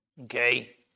Okay